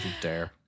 dare